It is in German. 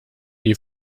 die